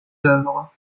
œuvres